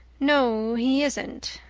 no, he isn't,